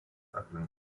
aplink